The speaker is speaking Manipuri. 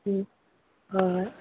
ꯎꯝ ꯍꯣꯏ ꯍꯣꯏ